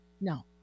No